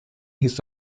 his